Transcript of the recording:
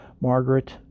Margaret